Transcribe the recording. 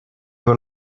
were